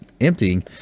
emptying